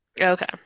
Okay